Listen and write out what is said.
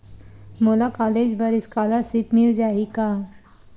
मोला कॉलेज बर स्कालर्शिप मिल जाही का?